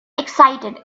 excited